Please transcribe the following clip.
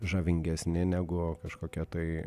žavingesni negu kažkokia tai